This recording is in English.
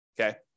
okay